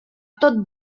tot